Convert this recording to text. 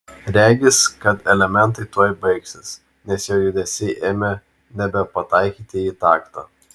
regis kad elementai tuoj baigsis nes jo judesiai ėmė nebepataikyti į taktą